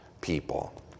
people